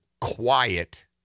quiet